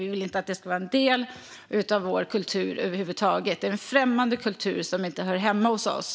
Vi vill inte att den ska vara en del av vår kultur över huvud taget; det är en främmande kultur som inte hör hemma hos oss.